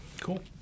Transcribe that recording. cool